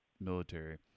military